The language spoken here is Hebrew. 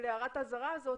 להערת האזהרה הזאת,